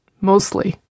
mostly